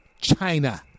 China